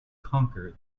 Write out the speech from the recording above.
conquer